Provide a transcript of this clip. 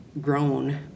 grown